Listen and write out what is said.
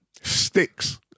Sticks